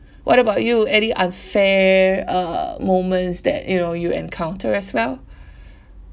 what about you any unfair uh moments that you know you encounter as well